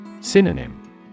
Synonym